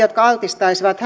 jotka altistaisivat